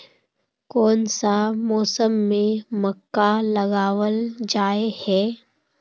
कोन सा मौसम में मक्का लगावल जाय है?